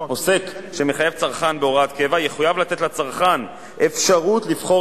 עוסק שמחייב צרכן בהוראת קבע יחויב לתת לצרכן אפשרות לבחור